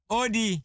odi